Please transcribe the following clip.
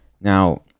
Now